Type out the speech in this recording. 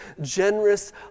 generous